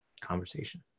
conversation